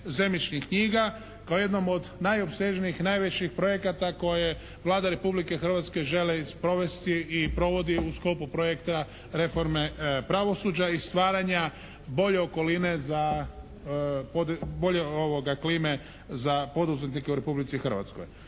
zemljišnih knjiga kao jednom od najopsežnijih, najvećih projekata koje Vlada Republike Hrvatske želi sprovesti i provodi u sklopu projekta reforme pravosuđa i stvaranja bolje okoline za, bolje klime za poduzetnike u Republici Hrvatskoj.